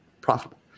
profitable